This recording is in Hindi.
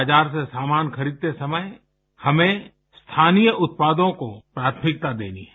बाजार से सामान खरीदते समय हमें स्थानीय उत्पादों को प्राथमिकता देनी है